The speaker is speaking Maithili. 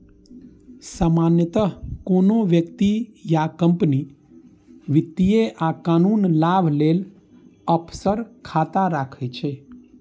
सामान्यतः कोनो व्यक्ति या कंपनी वित्तीय आ कानूनी लाभ लेल ऑफसोर खाता राखै छै